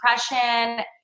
depression